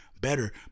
better